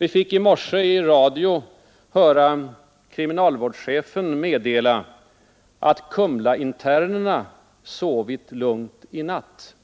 Vi fick i morse höra kriminalvårdschefen meddela i radio att Kumlainternerna sovit lugnt i natt.